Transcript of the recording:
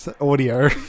audio